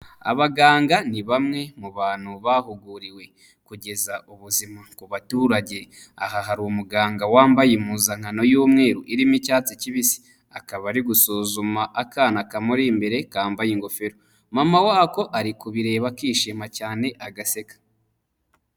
Abaganga ni bamwe mu bantu bahuguriwe kugeza ubuzima ku baturage. Aha hari umuganga wambaye impuzankano y'umweru, irimo icyatsi kibisi. Akaba ari gusuzuma akana kamuri imbere, kambaye ingofero. Mama wako, ari kubireba, akishima cyane, agaseka.